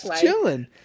chilling